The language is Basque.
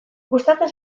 gustatzen